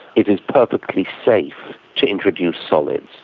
it is perfectly safe to introduce solids.